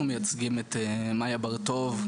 אנחנו מייצגים את מאיה ברטוב,